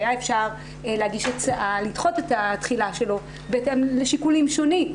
היה אפשר להגיש הצעה לדחות את התחילה שלו בהתאם לשיקולים שונים,